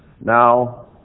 Now